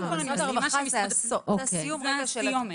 זה הסיומת.